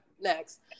next